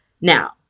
Now